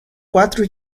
quatro